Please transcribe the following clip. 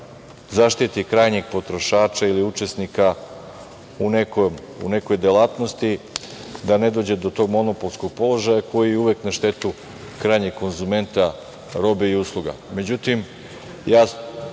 zaštiti krajnjeg potrošača ili učesnika u nekoj delatnosti, da ne dođe do tog monopolskog položaja koji je uvek na štetu krajnjeg konzumenta robe i usluga.